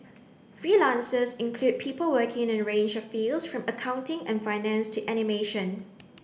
freelancers include people working in a range of fields from accounting and finance to animation